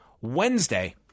Wednesday